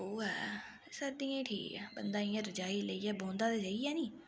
ओह् ऐ सर्दियें च ठीक ऐ बंदा इ'यां रजाई लेइयै बौंह्दा ते स्हेई ऐ नी